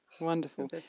wonderful